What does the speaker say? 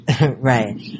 Right